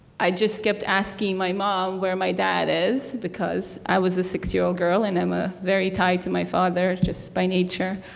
i just kept asking my mom where my dad is. because i was a six year old girl and i'm ah very tied to my father just by nature.